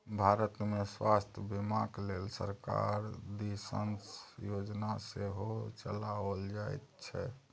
भारतमे स्वास्थ्य बीमाक लेल सरकार दिससँ योजना सेहो चलाओल जाइत छै